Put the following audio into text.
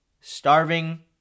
starving